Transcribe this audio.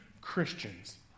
Christians